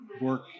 work